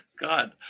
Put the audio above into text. God